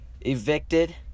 evicted